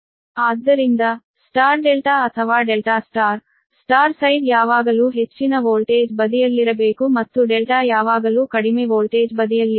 ಆದ್ದರಿಂದ star delta ಅಥವಾ delta star star side ಯಾವಾಗಲೂ ಹೆಚ್ಚಿನ ವೋಲ್ಟೇಜ್ ಬದಿಯಲ್ಲಿರಬೇಕು ಮತ್ತು ಡೆಲ್ಟಾ ಯಾವಾಗಲೂ ಕಡಿಮೆ ವೋಲ್ಟೇಜ್ ಬದಿಯಲ್ಲಿರಬೇಕು